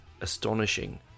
astonishing